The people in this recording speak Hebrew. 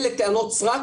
אלה טענות סרק,